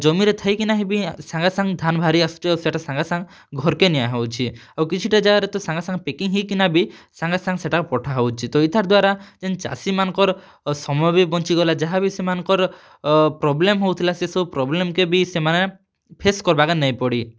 ଜମିରେ ଥାଇକିନା ବି ସାଙ୍ଗେସାଙ୍ଗ୍ ଧାନ୍ ବାହାରି ଆସୁଛେ ଆଉ ସେଟା ସାଙ୍ଗେସାଙ୍ଗ୍ ଘର୍କେ ନିଆ ହେଉଛେ ଆଉ କିଛି ଟା ଜାଗାରେ ତ ସାଙ୍ଗେସାଙ୍ଗ୍ ପ୍ୟାକିଙ୍ଗ୍ ହେଇକିନା ବି ସାଙ୍ଗେସାଙ୍ଗ୍ ସେଟା ପଠା ହେଉଛେ ତ ଇତାର୍ ଦ୍ଵାରା ଯେନ୍ ଚାଷୀମାନ୍ଙ୍କର୍ ସମୟ ବି ବଞ୍ଚିଗଲା ଯାହାବି ସେମାନ୍ଙ୍କର ପ୍ରୋବ୍ଲେମ୍ ହେଉଥିଲା ସେ ସବୁ ପ୍ରୋବ୍ଲେମ୍ କେ ବି ସେମାନେ ଫେସ୍ କର୍ବାକେ ନାଇଁ ପଡ଼ି